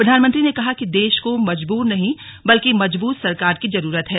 प्रधानमंत्री ने कहा कि देश को मजबूर नहीं बल्कि मजबूत सरकार की जरूरत है